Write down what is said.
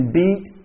beat